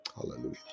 Hallelujah